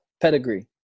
Pedigree